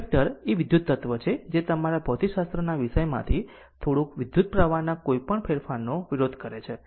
inductor એ વિદ્યુત તત્વ છે જે તમારા ભૌતિકશાસ્ત્રના વિષયમાંથી થોડુંક વિદ્યુત પ્રવાહના કોઈપણ ફેરફારનો વિરોધ કરે છે